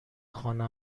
خانه